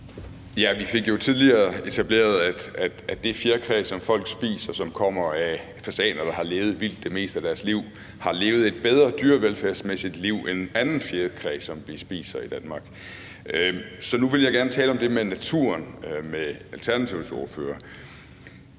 Vi fik jo tidligere etableret, at det fjerkræ, som folk spiser, kommer fra fasaner, der har levet vildt det meste af deres liv, og at de har levet et dyrevelfærdsmæssigt bedre liv end andet fjerkræ, som vi spiser i Danmark. Så nu vil jeg gerne tale om det med naturen med Alternativets ordfører.